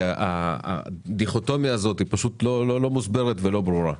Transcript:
כי הדיכוטומיה הזאת פשוט לא מוסברת ולא ברורה.